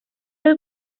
del